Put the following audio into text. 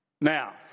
Now